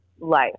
life